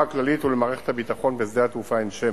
ולמערכת הביטחון בשדה התעופה עין-שמר.